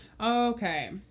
Okay